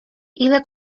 ile